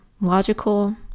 logical